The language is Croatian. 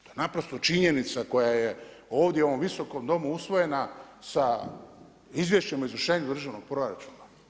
To je naprosto činjenica koja je ovdje u ovom visokom Domu usvojena sa izvješćem o izvršenju državnog proračuna.